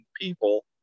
people